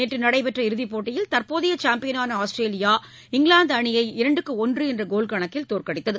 நேற்று நடைபெற்ற இறுதிப் போட்டியில் தற்போதைய சாம்பியனான ஆஸ்திரேலியா இங்கிலாந்து அணியை இரண்டுக்கு ஒன்று என்ற கோல் கணக்கில் தோற்கடித்தது